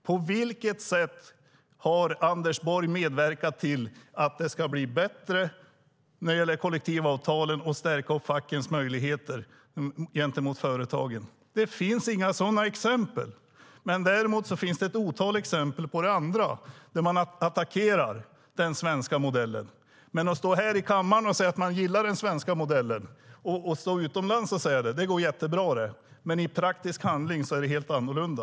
På vilket sätt har Anders Borg medverkat till att det ska bli bättre när det gäller kollektivavtalen och att stärka fackens möjligheter gentemot företagen? Det finns inga sådana exempel. Däremot finns det ett otal exempel på att ni attackerar den svenska modellen. Det går jättebra att stå här i kammaren och utomlands och säga att ni gillar den svenska modellen. Men i praktisk handling är det helt annorlunda.